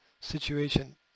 situation